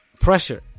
Pressure